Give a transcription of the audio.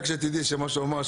רק שתדעי שמה שהוא אמר,